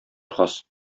хас